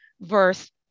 verse